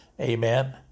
Amen